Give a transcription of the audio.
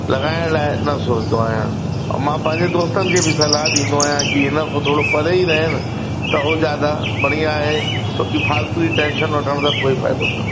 लॻाइण लाइ न सोचदो आहियां और मां पंहिंजे दोस्तनि खे बि सलाहु ॾींदो आहियां की हिनखां थोरो परे ई रहन त हू जादा बढ़िया आहे छो की फ़ालतू जी टेंशन वठण सां कोई फ़ाइदो कोन्हे